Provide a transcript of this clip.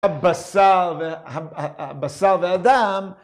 ‫הבשר, הבשר והדם...